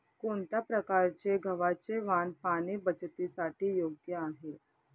कोणत्या प्रकारचे गव्हाचे वाण पाणी बचतीसाठी योग्य आहे?